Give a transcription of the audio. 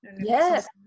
yes